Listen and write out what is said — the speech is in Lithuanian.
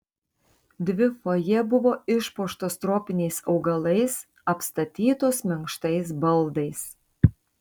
dvi fojė buvo išpuoštos tropiniais augalais apstatytos minkštais baldais